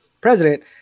president